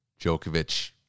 Djokovic